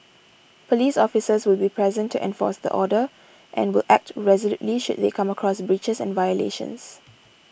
police officers will be present to enforce the order and will act resolutely should they come across breaches and violations